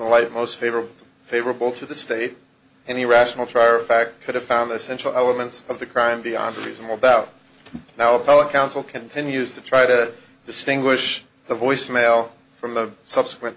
light most favorable favorable to the state and the rational trier of fact could have found the central elements of the crime beyond reasonable doubt now a poet council continues to try to distinguish the voice mail from the subsequent